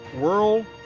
World